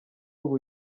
ubu